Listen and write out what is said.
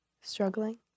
struggling